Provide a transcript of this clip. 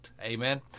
Amen